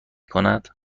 کند